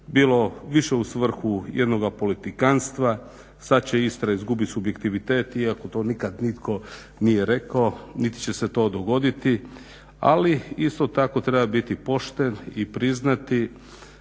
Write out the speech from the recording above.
bilo više u svrhu jednoga politikanstva. Sad će Istra izgubiti subjektivitet, iako to nikad nitko nije rekao, niti će se to dogoditi. Ali isto tako treba biti pošten i priznati